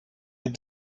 had